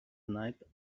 night